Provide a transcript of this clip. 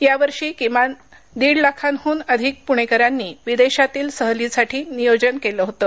यावर्षी किमान दीड लाखाहून अधिक पुणेकरांनी परदेशात सहलीचं नियोजन केलं होतं